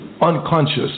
unconscious